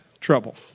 trouble